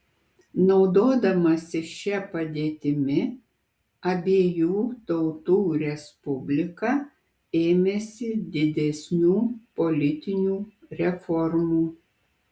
naudodamasi šia padėtimi abiejų tautų respublika ėmėsi didesnių politinių reformų